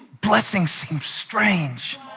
blessings seem strange.